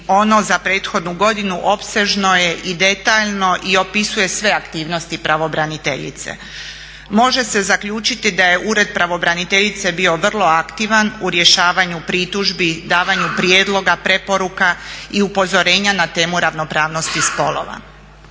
ono za prethodnu godinu opsežno je i detaljno i opisuje sve aktivnosti pravobraniteljice. Može se zaključiti da je ured pravobraniteljice bio vrlo aktivan u rješavanju pritužbi, davanju prijedloga, preporuka i upozorenja na temu ravnopravnosti spolova.